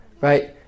Right